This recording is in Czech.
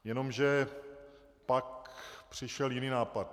Jenomže pak přišel jiný nápad.